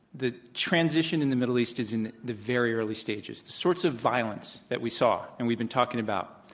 the transition in the middle east is in the very early stages, sorts of violence that we saw and we've been talking about,